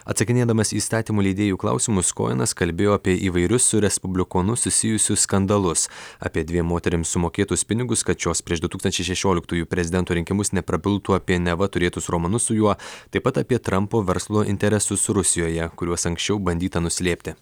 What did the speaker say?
atsakinėdamas į įstatymų leidėjų klausimus kojenas kalbėjo apie įvairius su respublikonu susijusius skandalus apie dviem moterims sumokėtus pinigus kad šios prieš du tūkstančiai šešioliktųjų prezidento rinkimus neprabiltų apie neva turėtus romanus su juo taip pat apie trampo verslo interesus rusijoje kuriuos anksčiau bandyta nuslėpti